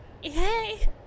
Hey